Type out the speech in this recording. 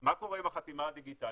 מה קורה עם החתימה הדיגיטלית',